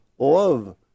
love